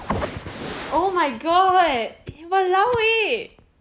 oh my god !walao! eh